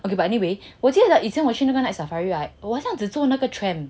okay but anyway 我记得以前我去那个 night safari right 我好像只坐那个 tram